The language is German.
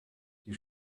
die